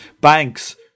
banks